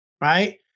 right